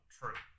true